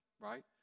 right